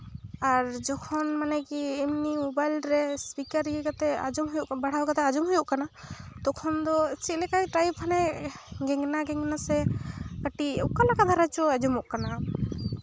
ᱟᱨ ᱡᱚᱠᱷᱚᱱ ᱢᱟᱱᱮ ᱠᱤ ᱮᱢᱱᱤ ᱢᱳᱵᱟᱭᱤᱞ ᱨᱮ ᱥᱯᱤᱠᱟᱨ ᱤᱭᱟᱹ ᱠᱟᱛᱮᱜ ᱟᱸᱡᱚᱢ ᱦᱳᱭᱳᱜ ᱵᱟᱲᱦᱟᱣ ᱠᱟᱛᱮᱜ ᱟᱸᱡᱚᱢ ᱦᱳᱭᱳᱜ ᱠᱟᱱᱟ ᱛᱚᱠᱷᱚᱱ ᱫᱚ ᱪᱮᱫ ᱞᱮᱠᱟ ᱴᱟᱭᱤᱯ ᱦᱟᱱᱮ ᱜᱮᱝᱱᱟ ᱜᱮᱝᱱᱟ ᱥᱮ ᱠᱟᱹᱴᱤᱡ ᱚᱠᱟ ᱞᱮᱠᱟ ᱫᱷᱟᱨᱟ ᱪᱚ ᱟᱸᱡᱚᱢᱚᱜ ᱠᱟᱱᱟ